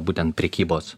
būtent prekybos